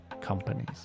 companies